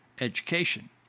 Education